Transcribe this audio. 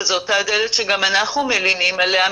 וזאת הדלת שגם אנחנו מלינים עליה.